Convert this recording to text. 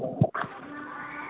ا